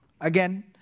Again